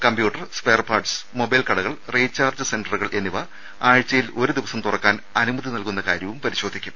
computer spare parts മൊബൈൽകടകൾ recharge സെന്ററുകൾ എന്നിവ ആഴ്ചയിൽ ഒരു ദിവസം തുറക്കാൻ അനുമതി നൽകുന്ന കാര്യവും പരിശോധിക്കും